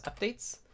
Updates